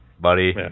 buddy